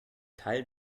teil